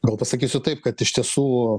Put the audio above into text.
gal pasakysiu taip kad iš tiesų